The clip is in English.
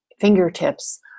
fingertips